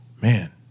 man